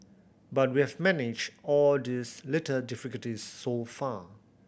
but we have managed all these little difficulties so far